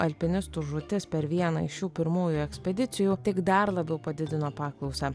alpinistų žūtis per vieną iš šių pirmųjų ekspedicijų tik dar labiau padidino paklausą